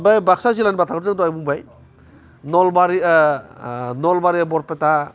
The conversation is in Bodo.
आमफाय बाक्सा जिल्लानि बाथ्राखौथ' जों दहाय बुंबाय नलबारि नलबारि बरपेटा